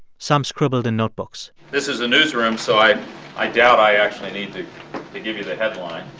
some scribbled in notebooks this is a newsroom, so i i doubt i actually need to give you the headline.